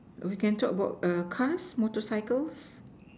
we can talk about err cars motorcycles